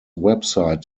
website